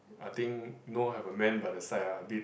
I think no have a man by the side ah a bit